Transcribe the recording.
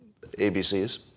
ABCs